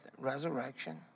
resurrection